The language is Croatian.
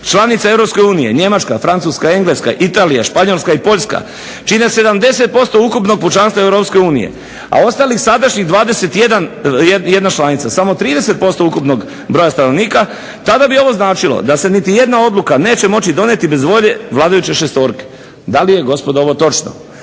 unije Njemačka, Francuska, Engleska, Italija, Španjolska i Poljska čine 70% ukupnog pučanstva Europske unije, a ostalih sadašnjih 21 članica samo 30% ukupnog broja stanovnika tada bi ovo značilo da se niti jedna odluka neće moći donijeti bez volje vladajuće šestorke. Da li je gospodo ovo točno?